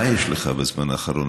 דודי, מה יש לך בזמן האחרון?